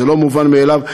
זה לא מובן מאליו.